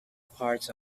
parts